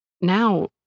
Now